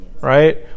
Right